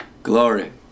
Glory